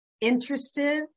interested